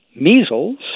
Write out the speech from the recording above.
measles